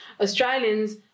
Australians